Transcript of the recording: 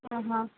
ಹಾಂ ಹಾಂ